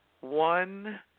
one